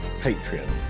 Patreon